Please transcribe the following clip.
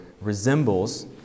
resembles